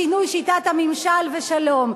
שינוי שיטת הממשל ושלום.